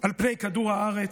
על פני כדור הארץ.